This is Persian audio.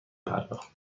پرداخت